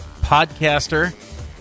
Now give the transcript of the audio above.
podcaster